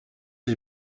ich